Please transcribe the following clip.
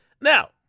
Now